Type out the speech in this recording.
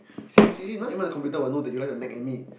see now now even the computer will know that you like to nag at me